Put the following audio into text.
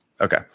Okay